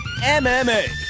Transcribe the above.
MMA